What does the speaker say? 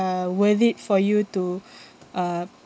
uh worth it for you to uh